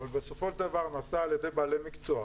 אבל בסופו של דבר נעשתה על ידי בעלי מקצוע